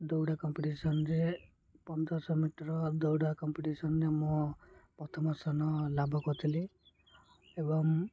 ଦୌଡ଼ା କମ୍ପିଟିସନରେ ପନ୍ଦରଶହ ମିଟର ଦୌଡ଼ା କମ୍ପିଟିସନରେ ମୁଁ ପ୍ରଥମ ସ୍ଥାନ ଲାଭ କରିଥିଲି ଏବଂ